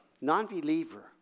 non-believer